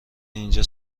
اینجا